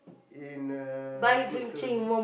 in a good tone